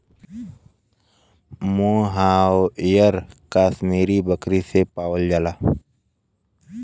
मोहायर कशमीरी बकरी से पावल जाला